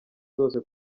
zose